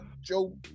Joe